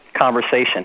conversation